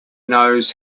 knows